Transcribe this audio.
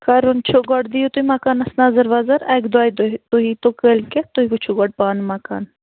کَرُن چھُ گۄڈٕ دِیِو تُہۍ مکانس نظر وَظر اَکہِ دۄیہِ دۅہۍ تُہۍ ییٖتو کٲلۍکٮ۪تھ تُہۍ وُچھُو گۄڈٕ پانہٕ مکان